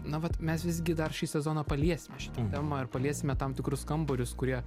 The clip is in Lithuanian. na vat mes visgi dar šį sezoną paliesime šitą temą ir paliesime tam tikrus kambarius kurie